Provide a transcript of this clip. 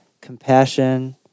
compassion